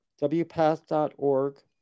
wpath.org